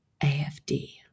AFD